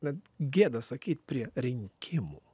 net gėda sakyt prie rinkimų